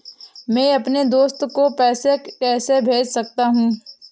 मैं अपने दोस्त को पैसे कैसे भेज सकता हूँ?